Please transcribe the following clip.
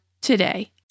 today